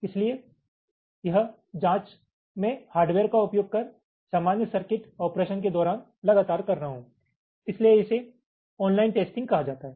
इसलिए यह जाँच मैं हार्डवेयर का उपयोग कर सामान्य सर्किट ऑपरेशन के दौरान लगातार कर रहा हूं इसीलिए इसे ऑनलाइन टेस्टिंग कहा जाता है